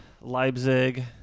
Leipzig